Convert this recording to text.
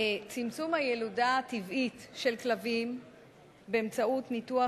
צמצום הילודה הטבעית של כלבים באמצעות ניתוח,